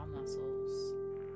muscles